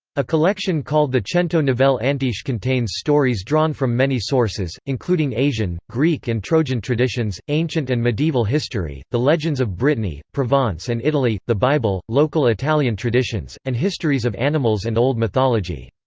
a collection called the cento novelle antiche contains stories drawn from many sources, including asian, greek and trojan traditions, ancient and medieval history, the legends of brittany, provence and italy, the bible, local italian traditions, and histories of animals and old mythology.